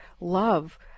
love